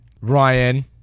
Ryan